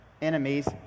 enemies